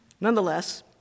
Nonetheless